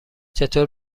چطور